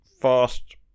fast